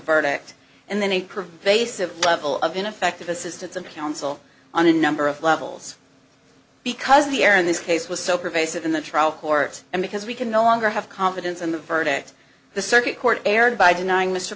verdict and then they provide a civil level of ineffective assistance of counsel on a number of levels because the error in this case was so pervasive in the trial court and because we can no longer have confidence in the verdict the circuit court erred by denying mr